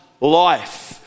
life